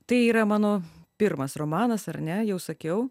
tai yra mano pirmas romanas ar ne jau sakiau